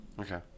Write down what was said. Okay